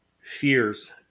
fears